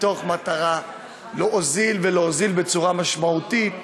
מתוך מטרה להוזיל בצורה משמעותית